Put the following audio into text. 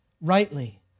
rightly